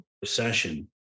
recession